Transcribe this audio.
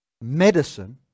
medicine